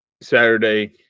Saturday